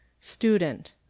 Student